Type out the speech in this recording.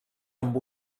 amb